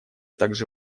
также